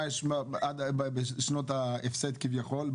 מה יש בשנות ההפסד כביכול,